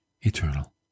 eternal